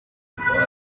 mclean